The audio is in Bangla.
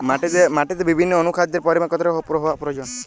মাটিতে বিভিন্ন অনুখাদ্যের পরিমাণ কতটা হওয়া প্রয়োজন?